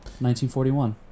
1941